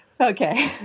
okay